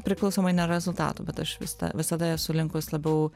priklausomai nuo rezultatų bet aš vis tą visada esu linkus labiau